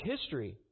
history